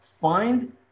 Find